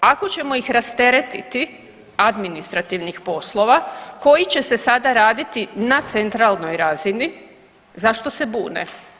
Ako ćemo ih rasteretiti administrativnih poslova koji će se sada raditi na centralnoj razini zašto se bune.